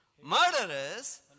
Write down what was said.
murderers